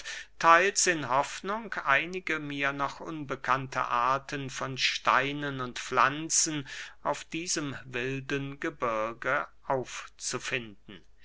theils in hoffnung einige mir noch unbekannte arten von steinen und pflanzen auf diesem wilden gebirge aufzufinden